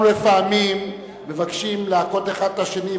אנחנו לפעמים מבקשים להכות אחד את השני,